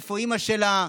איפה אימא שלה.